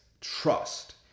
trust